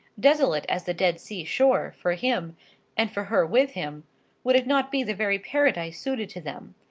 desolate as the dead sea shore, for him and for her with him would it not be the very paradise suited to them?